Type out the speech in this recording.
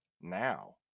now